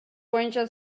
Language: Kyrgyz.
боюнча